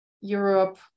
Europe